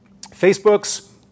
Facebooks